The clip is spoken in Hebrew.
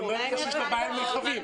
היא אומרת לך שאין לה מרחבים.